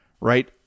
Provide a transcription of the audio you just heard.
right